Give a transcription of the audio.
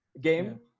game